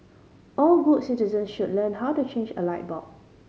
all good citizens should learn how to change a light bulb